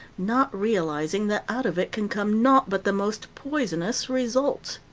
not realizing that out of it can come naught but the most poisonous results.